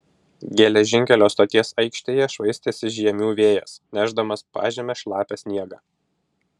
geležinkelio stoties aikštėje švaistėsi žiemių vėjas nešdamas pažeme šlapią sniegą